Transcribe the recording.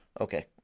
Okay